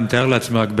אני מתאר לעצמי רק,